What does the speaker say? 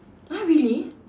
!huh! really